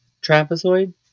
Trapezoid